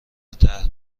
طرح